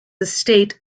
estate